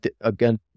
again